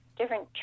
Different